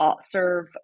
serve